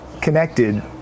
connected